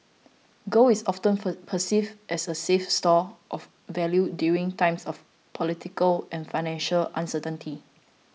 gold is often perceived as a safe store of value during times of political and financial uncertainty